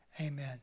Amen